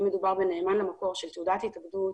אם מדובר בנאמן למקור של תעודת התאגדות